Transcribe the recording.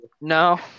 No